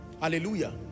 hallelujah